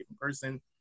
person